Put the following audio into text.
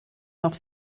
noch